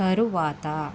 తరువాత